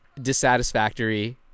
dissatisfactory